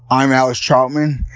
i'm alex troutman.